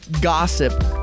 gossip